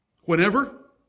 Whenever